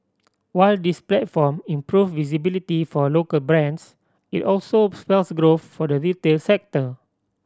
while this platform improves visibility for local brands it also spells growth for the retail sector